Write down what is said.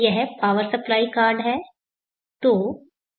यह power supply card है